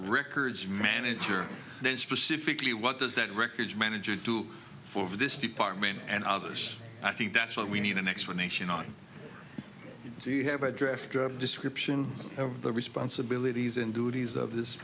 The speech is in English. records manager then specifically what does that records manager do for this department and others i think that's what we need an explanation on do you have a draft description of the responsibilities and duties of this